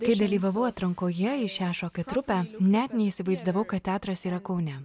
kai dalyvavau atrankoje į šią šokių trupę net neįsivaizdavau kad teatras yra kaune